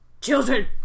Children